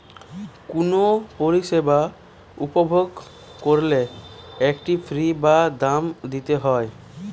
কুনো পরিষেবা উপভোগ কোরলে একটা ফী বা দাম দিতে হই